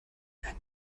einen